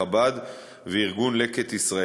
חב"ד וארגון "לקט ישראל".